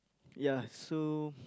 ya so